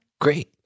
Great